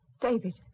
David